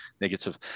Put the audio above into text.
negative